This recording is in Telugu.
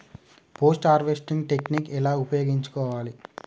పోస్ట్ హార్వెస్టింగ్ టెక్నిక్ ఎలా ఉపయోగించుకోవాలి?